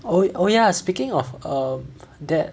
oh oh ya speaking of um that